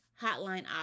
hotline